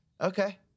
Okay